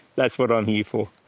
that's what i'm here for.